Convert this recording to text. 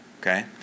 Okay